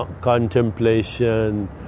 contemplation